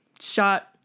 shot